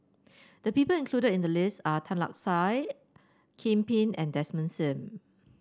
the people included in the list are Tan Lark Sye Kim Pin and Desmond Sim